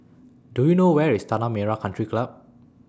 Do YOU know Where IS Tanah Merah Country Club